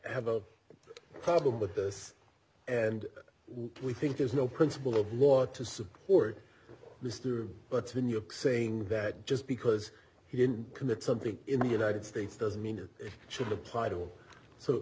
have a problem with this and we think there's no principle of law to support this through but when you're saying that just because he didn't commit something in the united states doesn't mean it should apply to him so